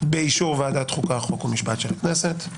באישור ועדת חוקה, חוק ומשפט של הכנסת.